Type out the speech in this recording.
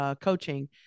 coaching